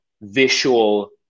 visual